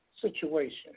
situation